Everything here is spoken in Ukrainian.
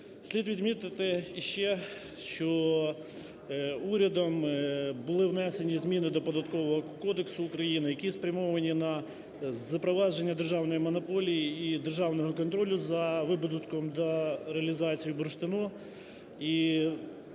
Слід відмітити ще, що урядом були внесені зміни до Податкового кодексу України, які спрямовані на впровадження державної монополії і державного контролю за видобутком та реалізацією бурштину,